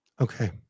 Okay